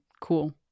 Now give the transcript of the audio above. Cool